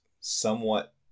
somewhat